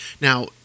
Now